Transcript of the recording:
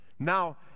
Now